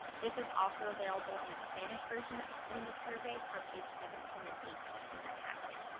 this is also available in the spanish version in the survey for page seventeen and eighteen in your packet.